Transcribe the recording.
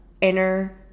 inner